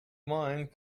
mind